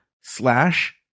slash